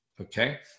okay